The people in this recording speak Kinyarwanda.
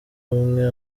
bumwe